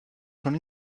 són